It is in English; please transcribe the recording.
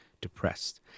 depressed